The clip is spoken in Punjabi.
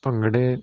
ਭੰਗੜੇ